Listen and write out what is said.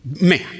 man